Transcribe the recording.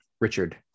Richard